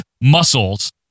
muscles